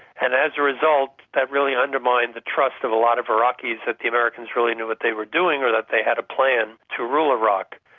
and as a result that really undermined the trust of a lot of iraqis that the americans really knew what they were doing or that they had a plan to rule iraq,